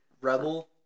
rebel